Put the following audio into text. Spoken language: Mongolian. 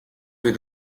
бид